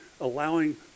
allowing